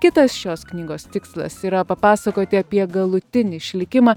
kitas šios knygos tikslas yra papasakoti apie galutinį išlikimą